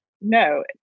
no